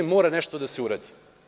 mora nešto da se uradi.